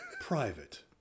private